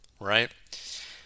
right